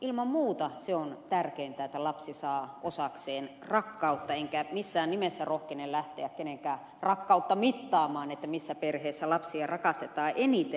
ilman muuta se on tärkeintä että lapsi saa osakseen rakkautta enkä missään nimessä rohkene lähteä kenenkään rakkautta mittaamaan missä perheessä lapsia rakastetaan eniten